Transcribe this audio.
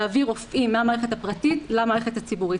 להביא רופאים מהמערכת הפרטית למערכת הציבורית.